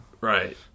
Right